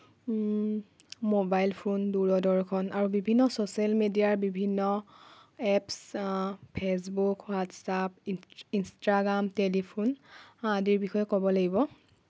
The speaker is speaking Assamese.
মোবাইল ফোন দূৰদৰ্শন আৰু বিভিন্ন ছচিয়েল মিডিয়াৰ বিভিন্ন এপছ ফেচবুক হোৱাটছাপ ইন ইনষ্টাগ্ৰাম টেলিফোন আদিৰ বিষয়ে ক'ব লাগিব